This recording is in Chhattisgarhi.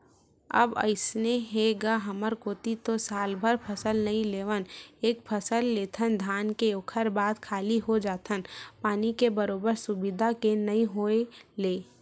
अब अइसे हे गा हमर कोती तो सालभर फसल नइ लेवन एके फसल लेथन धान के ओखर बाद खाली हो जाथन पानी के बरोबर सुबिधा के नइ होय ले